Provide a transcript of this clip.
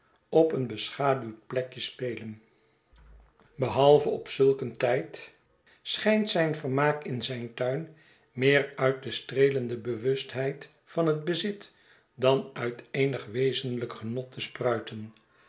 op een beschaduwd plekje spelen behalve op zulk een tijd schijnt zijn vermaak in zijn tuin meer uit de streelende bewustheid van het bezit dan uit eenig wezenlijk genot te spruiten